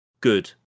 good